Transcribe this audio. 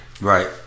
Right